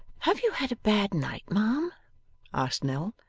have you had a bad night, ma'am asked nell.